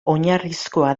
oinarrizkoa